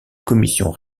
commission